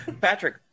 Patrick